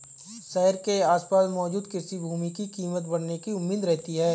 शहर के आसपास मौजूद कृषि भूमि की कीमत बढ़ने की उम्मीद रहती है